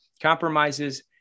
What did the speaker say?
compromises